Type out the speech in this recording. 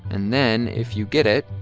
and then if you get it,